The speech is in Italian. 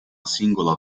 singola